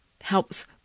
helps